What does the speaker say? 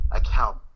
account